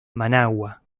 managua